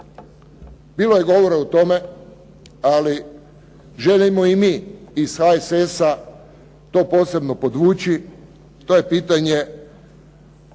Bilo je govora o tome, ali želimo i mi iz HSS-a to posebno podvući, to je pitanje